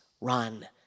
run